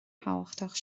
thábhachtach